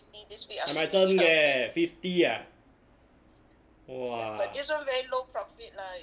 leh fifty ah !wah!